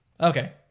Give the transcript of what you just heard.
Okay